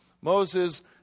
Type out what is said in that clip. Moses